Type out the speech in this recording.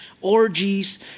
orgies